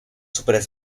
super